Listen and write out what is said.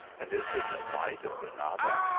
and is the delight of granada?